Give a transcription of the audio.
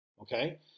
Okay